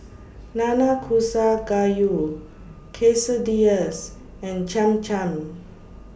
Nanakusa Gayu Quesadillas and Cham Cham